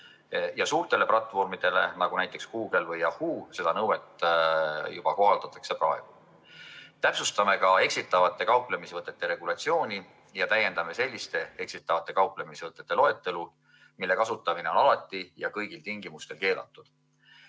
Suurtele platvormidele, nagu näiteks Google või Yahoo, seda nõuet juba praegu kohaldatakse. Täpsustame ka eksitavate kauplemisvõtete regulatsiooni ja täiendame selliste eksitavate kauplemisvõtete loetelu, mille kasutamine on alati ja kõigil tingimustel keelatud.